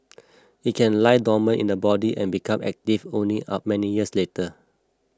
it can lie dormant in the body and become active only up many years later